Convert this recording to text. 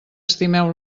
estimeu